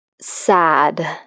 sad